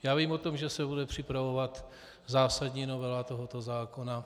Vím o tom, že se bude připravovat zásadní novela tohoto zákona.